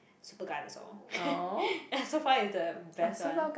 Superga that's all ya so far is the best one